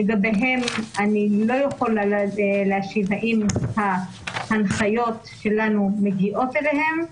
לגביהם אני לא יכולה להשיב האם ההנחיות שלנו מגיעות אליהם.